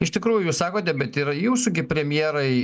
iš tikrųjų jūs sakote bet ir jūsų premjerai